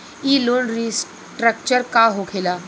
ई loan restructure का होखे ला?